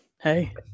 Hey